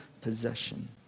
possession